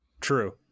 True